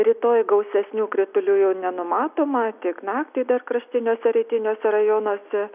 rytoj gausesnių kritulių jau nenumatoma tik naktį dar kraštiniuose rytiniuose rajonuose